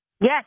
Yes